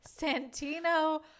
Santino